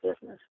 business